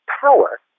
power